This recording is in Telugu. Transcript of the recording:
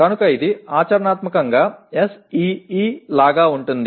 కనుక ఇది ఆచరణాత్మకంగా SEE లాగా ఉంటుంది